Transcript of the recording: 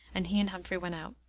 and he and humphrey went out.